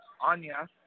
Anya